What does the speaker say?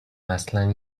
اصلا